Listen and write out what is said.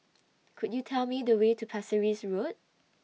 Could YOU Tell Me The Way to Pasir Ris Road